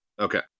Okay